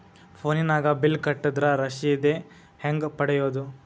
ಫೋನಿನಾಗ ಬಿಲ್ ಕಟ್ಟದ್ರ ರಶೇದಿ ಹೆಂಗ್ ಪಡೆಯೋದು?